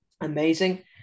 amazing